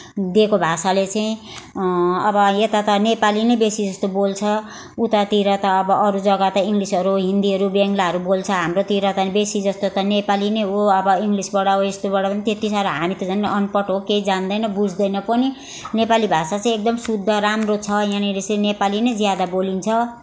दिएको भाषाले चाहिँ अब यता त नेपाली नै बेसी जस्तो बोल्छ उतातिर त अब अरू जग्गा त इङ्ग्लिसहरू हिन्दीहरू बेङ्गलाहरू बोल्छ हाम्रोतिर त बेसी जस्तो त नेपाली नै हो अब इङ्ग्लिसबाट अब ऊ यस्तोबाट त्यति साह्रो हामी त अनपढ् हो केही जान्दैनौँ बुझ्दैनौँ पनि नेपाली भाषा चाहिँ एकदम शुद्ध राम्रो छ यहाँनेरि चाहिँ नेपाली नै ज्यादा बोलिन्छ